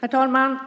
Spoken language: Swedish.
Herr talman!